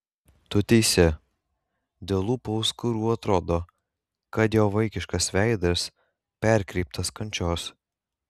tu teisi dėl lūpų auskarų atrodo kad jo vaikiškas veidas perkreiptas kančios